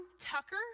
Tucker